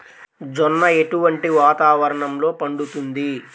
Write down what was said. జొన్న ఎటువంటి వాతావరణంలో పండుతుంది?